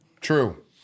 True